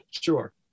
Sure